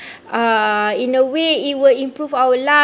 uh in a way it will improve our life